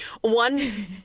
One